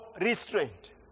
restraint